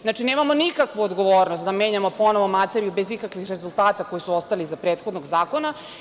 Znači, nemamo nikakvu odgovornost da menjamo ponovo materiju bez ikakvih rezultata koji su ostali iza prethodnog zakona.